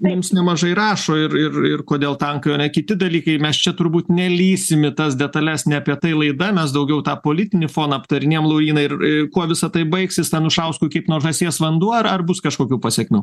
mums nemažai rašo ir ir ir kodėl tankai o ne kiti dalykai mes čia turbūt nelįsim į tas detales ne apie tai laida mes daugiau tą politinį foną aptarinėjam lauryna ir kuo visa tai baigsis anušauskui kaip nuo žąsies vanduo ar ar bus kažkokių pasekmių